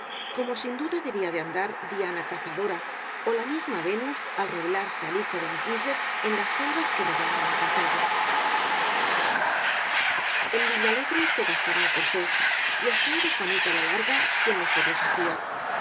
como sin duda debía de andar diana cazadora ó la misma venus al revelarse al hijo de anquises en las sel vas que rodeaban á cartago en villalegre se gastaban corsés y hasta era juana la larga quien mejor los hacía